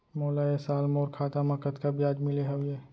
मोला ए साल मोर खाता म कतका ब्याज मिले हवये?